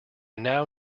now